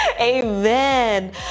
Amen